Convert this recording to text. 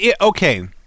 okay